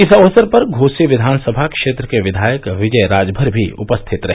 इस अक्सर पर घोसी विधान सभा क्षेत्र के विधायक विजय राजभर भी उपस्थित रहे